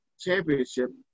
championship